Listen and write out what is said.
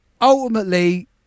ultimately